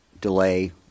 delay